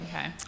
Okay